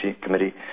Committee